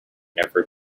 never